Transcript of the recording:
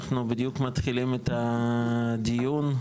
אנחנו מתחילים את הדיון,